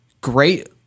great